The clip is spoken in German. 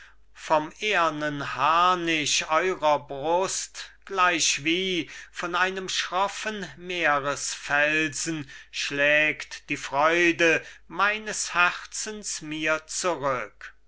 vom ehrnen harnisch eurer brust gleichwie von einem schroffen meeresfelsen schlägt die freude meines herzens mir zurück